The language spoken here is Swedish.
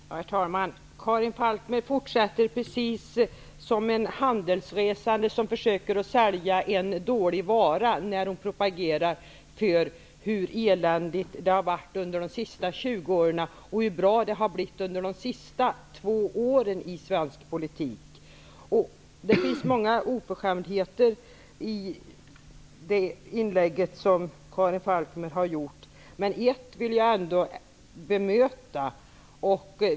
Herr talman! Karin Falkmer fortsätter precis som en handelsresande som försöker att sälja en dålig vara när hon propagerar hur eländigt det har varit under de senaste 20 åren och hur bra det har blivit under de senaste två åren i svensk politik. Det finns många oförskämdheter i Karin Falkmers inlägg, och en vill jag ändå bemöta.